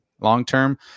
long-term